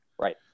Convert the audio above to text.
Right